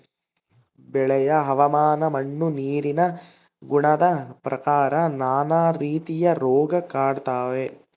ಬೆಳೆಯ ಹವಾಮಾನ ಮಣ್ಣು ನೀರಿನ ಗುಣದ ಪ್ರಕಾರ ನಾನಾ ರೀತಿಯ ರೋಗ ಕಾಡ್ತಾವೆ